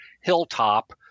hilltop